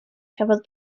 cafodd